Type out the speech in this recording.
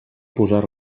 posar